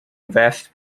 vast